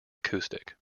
acoustic